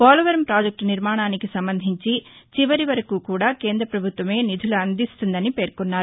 Polavaram project నిర్మాణానికి సంబంధించి చివరి వరకు కూడా కేంద ప్రభుత్వమే నిధులు అందిస్తుందని పేర్కొన్నారు